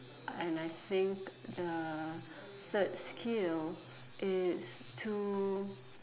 and I think uh third skill is to